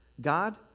God